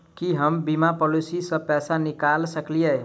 की हम बीमा पॉलिसी सऽ पैसा निकाल सकलिये?